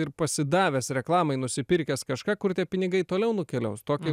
ir pasidavęs reklamai nusipirkęs kažką kur tie pinigai toliau nukeliaus tokį